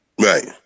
right